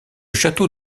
château